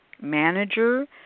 manager